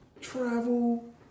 travel